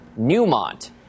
Newmont